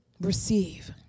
Receive